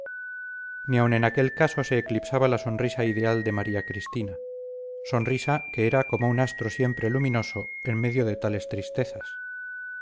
ni aun en aquel caso se eclipsaba la sonrisa ideal de maría cristina sonrisa que era como un astro siempre luminoso en medio de tales tristezas